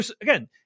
Again